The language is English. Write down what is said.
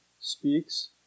speaks